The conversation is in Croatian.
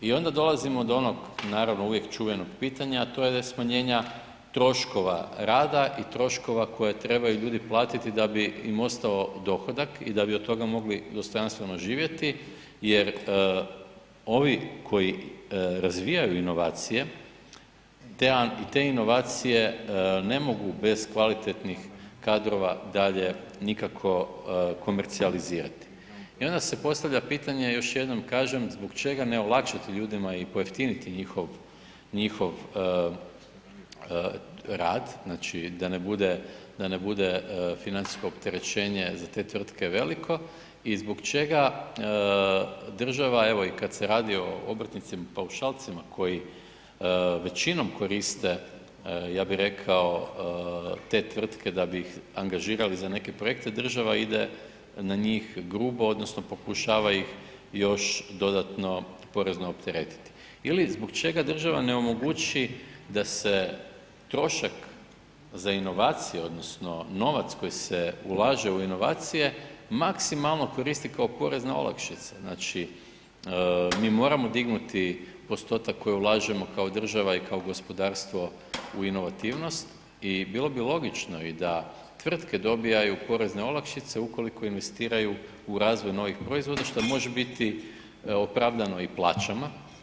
I onda dolazimo do onog naravno uvijek čuvenog pitanja a to je do smanjenja troškova rada i troškova koje trebaju ljudi platiti da bi im ostao dohodak i da bi od toga mogli dostojanstveno živjeti jer ovi koji razvijaju inovacije, te inovacije ne mogu bez kvalitetnih kadrova dalje nikako komercijalizirati i onda se postavlja pitanje još jednom kaže, zbog čega ne olakšati ljudima i pojeftiniti njihov rad, znači da ne bude financijsko opterećenje za te tvrtke veliko i zbog čega država, evo i kad se radi o obrtnicima paušalcima koji većinom koriste ja bi rekao te tvrtke da bi ih angažirali za neke projekte, država ide na njih grubo odnosno pokušava ih još dodatno porezno opteretiti ili zbog čega država ne omogući da se trošak za inovacije odnosno novac koji se ulaže u inovacije, maksimalno koristi kao porezna olakšica, znači mi moramo dignuti postotak koji ulažemo kao država i kao gospodarstvo u inovativnost i bilo bi logično i da tvrtke dobivaju porezne olakšice ukoliko investiraju u razvoj novih proizvoda što može biti opravdano i plaćama.